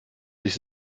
sich